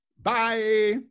Bye